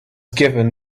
given